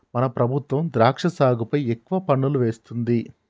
మన ప్రభుత్వం ద్రాక్ష సాగుపై ఎక్కువ పన్నులు వేస్తుంది